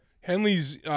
Henley's –